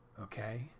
Okay